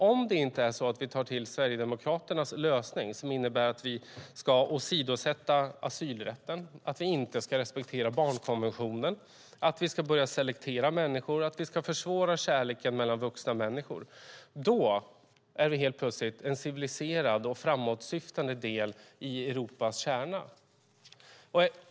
Om vi inte tar till Sverigedemokraternas lösning, som innebär att vi ska åsidosätta asylrätten, att vi inte ska respektera barnkonventionen, att vi ska börja selektera människor och att vi ska försvåra kärleken mellan vuxna människor är vi helt plötsligt en civiliserad och framåtsyftande del i Europas kärna.